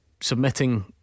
Submitting